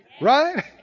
right